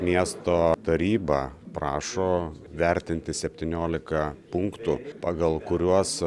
miesto taryba prašo vertinti septyniolika punktų pagal kuriuos